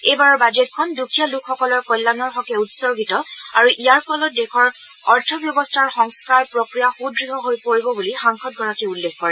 এইবাৰৰ বাজেটখন দুখীয়া লোকসকলৰ কল্যাণৰ হকে উৎসৰ্গিত আৰু ইয়াৰ ফলত দেশৰ অৰ্থব্যৱস্থাৰ সংস্থাৰ প্ৰক্ৰিয়া সূদ্য় হৈ পৰিব বুলি সাংসদগৰাকীয়ে উল্লেখ কৰে